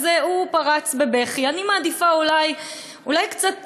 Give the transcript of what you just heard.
אז הוא פרץ בבכי, ואני מעדיפה אולי קצת,